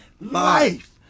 Life